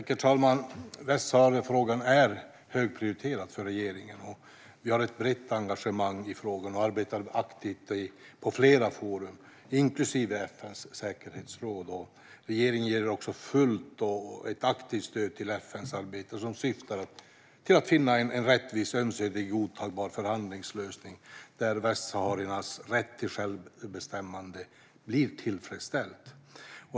Herr talman! Västsaharafrågan är högprioriterad för regeringen. Vi har ett brett engagemang i frågan och arbetar aktivt i flera forum, inklusive FN:s säkerhetsråd. Regeringen ger också fullt och aktivt stöd till FN:s arbete som syftar till att finna en rättvis och ömsesidigt godtagbar förhandlingslösning där västsahariernas rätt till självbestämmande blir tillfredsställd.